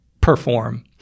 perform